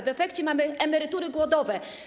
W efekcie mamy emerytury głodowe.